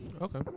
Okay